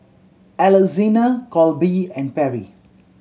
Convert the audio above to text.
Alexina Colby and Perry